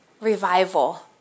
revival